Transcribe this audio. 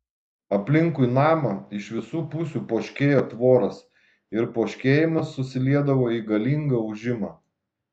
aplinkui namą iš visų pusių poškėjo tvoros ir poškėjimas susiliedavo į galingą ūžimą